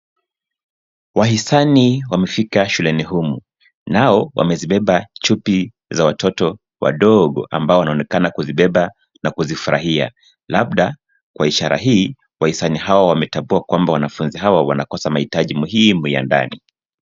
Wahisani wamefika shuleni humu, nao wamezibeba chupi za watoto wadogo ambao wanaonekana kuzibeba na kuzifurahia, labda ka ishara hii, wahisani hao wametambua kwamba wanafunzi hao wanakosa mahitaji muhimu ya ndani.